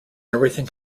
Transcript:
everything